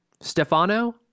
Stefano